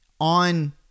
on